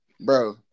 Bro